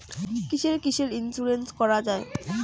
কিসের কিসের ইন্সুরেন্স করা যায়?